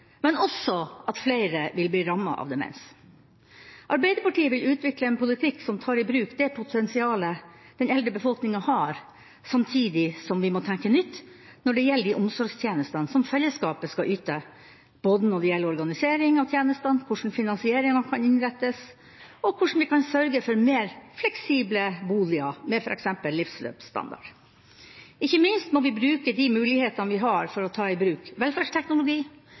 men også at flere vil bli rammet av demens. Arbeiderpartiet vil utvikle en politikk som tar i bruk det potensialet den eldre befolkninga har, samtidig som at vi må tenke nytt når det gjelder de omsorgstjenestene som fellesskapet skal yte når det gjelder organisering av tjenestene, hvordan finansieringa kan innrettes, og hvordan vi kan sørge for mer fleksible boliger, med f.eks. livsløpsstandard. Vi må ikke minst bruke de mulighetene vi har for å ta i bruk velferdsteknologi